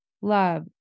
love